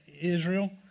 Israel